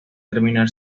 terminar